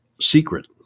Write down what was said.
secret